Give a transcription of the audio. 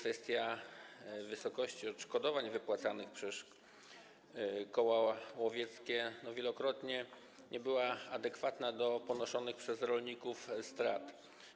Wysokość odszkodowań wypłacanych przez koła łowieckie wielokrotnie nie była adekwatna do ponoszonych przez rolników strat.